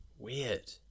weird